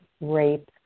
rape